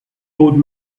old